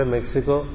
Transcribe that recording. Mexico